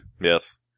Yes